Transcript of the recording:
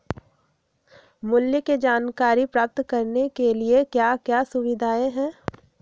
मूल्य के जानकारी प्राप्त करने के लिए क्या क्या सुविधाएं है?